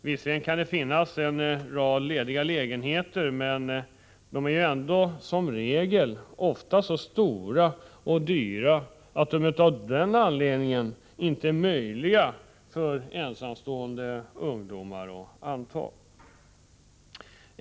Visserligen kan det finnas en rad lediga lägenheter, men dessa är som regel så stora och dyra att de av den anledningen inte är möjliga för ensamstående ungdomar att anta.